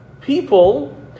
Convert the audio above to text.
people